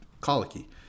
colicky